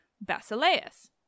Basileus